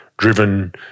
Driven